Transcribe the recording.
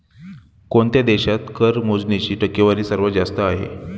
कोणत्या देशात कर मोजणीची टक्केवारी सर्वात जास्त आहे?